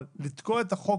אבל לתקוע את החוק